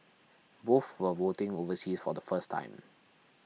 both were voting overseas for the first time